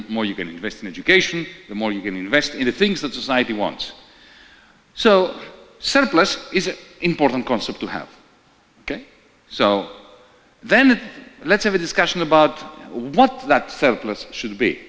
more you can invest in education the more you can invest in the things that society want so senseless is it important concept to have ok so then let's have a discussion about what that should